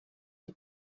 sie